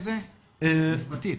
כן, אני אתכם.